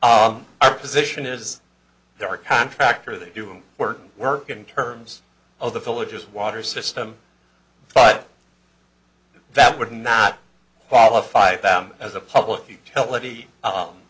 so our position is there are contractor they do work work in terms of the villages water system but that would not qualify them as a public utility u